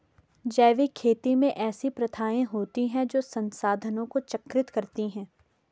जैविक खेती में ऐसी प्रथाएँ होती हैं जो संसाधनों को चक्रित करती हैं